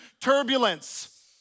turbulence